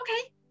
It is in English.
Okay